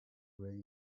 range